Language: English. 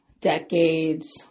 decades